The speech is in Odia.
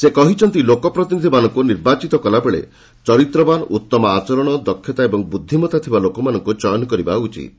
ସେ କହିଛନ୍ତି ଲୋକପ୍ରତିନିଧିମାନଙ୍କୁ ନିର୍ବାଚିତ କଲାବେଳେ ଚରିତ୍ରବାନ ଉତ୍ତମ ଆଚରଣ ଦକ୍ଷତା ଓ ବୁଦ୍ଧିମତା ଥିବା ଲୋକମାନଙ୍କୁ ଚୟନ କରିବା ଉଚିତ୍